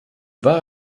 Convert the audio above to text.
war